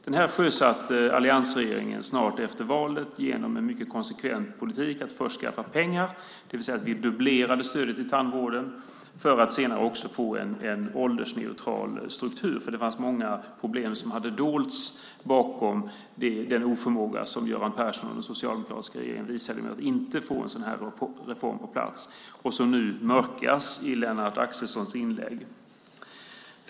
Den sjösatte alliansregeringen snart efter valet genom en mycket konsekvent politik att först skaffa pengar, det vill säga att vi dubblerade stödet till tandvården för att senare också få en åldersneutral struktur. Det fanns många problem som hade dolts bakom den oförmåga som Göran Persson och den socialdemokratiska regeringen visade med att inte få en sådan här reform på plats och som nu mörkas i Lennart Axelssons inlägg.